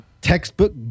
textbook